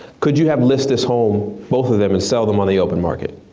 could you have listed this whole, both of them and sell them on the open market?